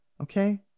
okay